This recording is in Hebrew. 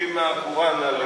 חוקים מהקוראן.